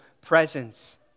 presence